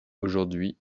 aujourd’hui